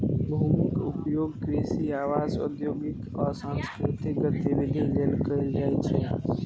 भूमिक उपयोग कृषि, आवास, औद्योगिक आ सांस्कृतिक गतिविधि लेल कैल जाइ छै